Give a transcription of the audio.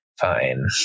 Fine